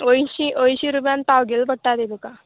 अंयशीं अंयशीं रुपयान पाव कील पडटा तीं तुका